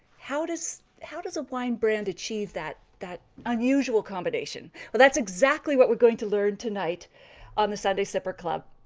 how how does a wine brand achieve that that unusual combination? well, that's exactly what we're going to learn tonight on the sunday sipper club.